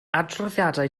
adroddiadau